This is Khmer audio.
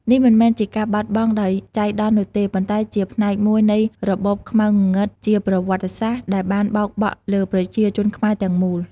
នេះមិនមែនជាការបាត់បង់ដោយចៃដន្យនោះទេ ប៉ុន្តែជាផ្នែកមួយនៃ របបខ្មៅងងឹតជាប្រវត្តិសាស្ត្រ ដែលបានបោកបក់លើប្រជាជនខ្មែរទាំងមូល។